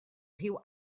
rhyw